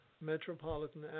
Metropolitan